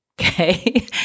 Okay